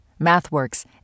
MathWorks